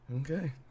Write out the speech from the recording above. Okay